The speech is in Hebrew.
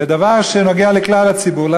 זה דבר שנוגע לכלל הציבור,